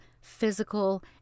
physical